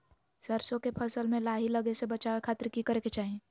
सरसों के फसल में लाही लगे से बचावे खातिर की करे के चाही?